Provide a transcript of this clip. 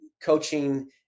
coaching